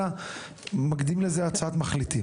אלא נדרשת גם הצעת מחליטים.